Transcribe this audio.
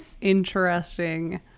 interesting